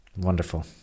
Wonderful